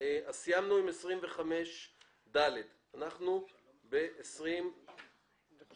סיימנו עם סעיף 25ד. אנחנו